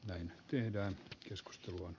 näin tehdään keskustelun